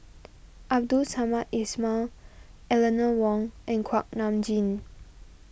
Abdul Samad Ismail Eleanor Wong and Kuak Nam Jin